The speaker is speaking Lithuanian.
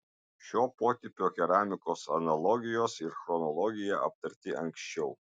šio potipio keramikos analogijos ir chronologija aptarti anksčiau